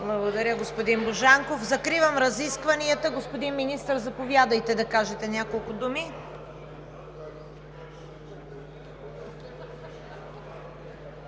Благодаря, господин Божанков. Закривам разискванията. Господин Министър, заповядайте да кажете няколко думи.